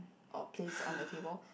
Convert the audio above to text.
or place on the table